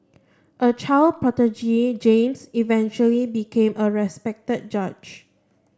a child prodigy James eventually became a respected judge